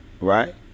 Right